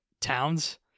Towns